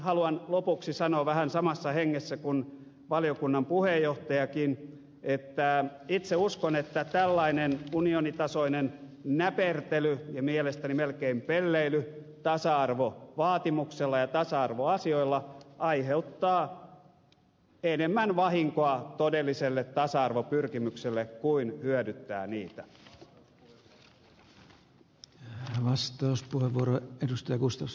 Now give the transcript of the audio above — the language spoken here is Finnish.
haluan lopuksi sanoa vähän samassa hengessä kuin valiokunnan puheenjohtajakin että itse uskon että tällainen unionitasoinen näpertely ja mielestäni melkein pelleily tasa arvovaatimuksella ja tasa arvoasioilla aiheuttaa enemmän vahinkoa todellisille tasa arvopyrkimyksille kuin hyödyttää niitä